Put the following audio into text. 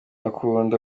akunda